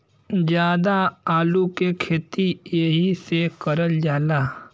जादा आलू के खेती एहि से करल जाला